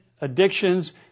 addictions